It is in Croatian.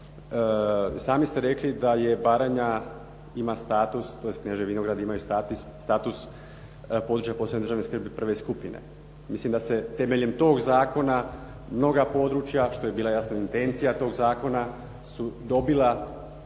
Sami ste rekli da Baranja ima status tj. Kneževi Vinogradi imaju status područja posebne državne skrbi 1. skupine. Mislim da se temeljem tog zakona mnoga područja što je bila jasno intencija tog zakona su dobila određene